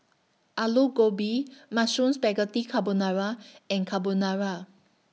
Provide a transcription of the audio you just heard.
Alu Gobi Mushroom Spaghetti Carbonara and Carbonara